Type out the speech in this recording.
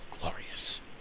glorious